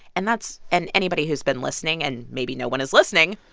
and that's and anybody who's been listening and maybe no one is listening.